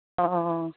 অঁ